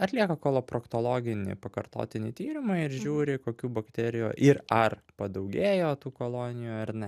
atlieka koloproktologinį pakartotinį tyrimą ir žiūri kokių bakterijų ir ar padaugėjo tų kolonijų ar ne